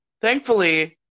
thankfully